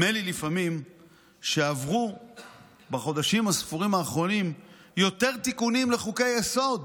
לפעמים נדמה לי שעברו בחודשים הספורים האחרונים יותר תיקונים לחוקי-יסוד